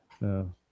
No